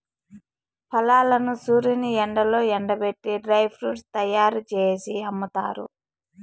ఫలాలను సూర్యుని ఎండలో ఎండబెట్టి డ్రై ఫ్రూట్స్ తయ్యారు జేసి అమ్ముతారు